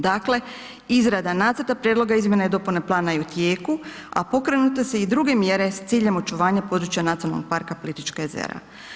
Dakle, izrada nacrta prijedloga izmjena i dopune plana je u tijeku a pokrenute su i druge mjere s ciljem očuvanja područja NP Plitvička jezera.